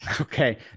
Okay